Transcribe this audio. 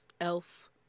Elf